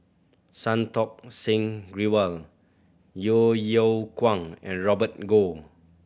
Santokh Singh Grewal Yeo Yeow Kwang and Robert Goh